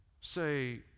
say